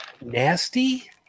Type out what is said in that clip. nasty